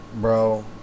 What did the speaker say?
Bro